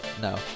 No